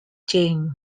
changed